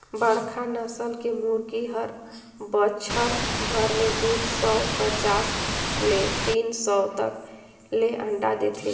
बड़खा नसल के मुरगी हर बच्छर भर में दू सौ पचास ले तीन सौ तक ले अंडा देथे